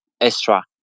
extra